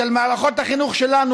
של מערכות החינוך שלנו,